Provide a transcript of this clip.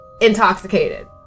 intoxicated